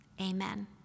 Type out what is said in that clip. Amen